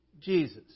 Jesus